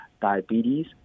diabetes